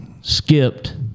skipped